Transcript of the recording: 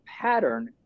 pattern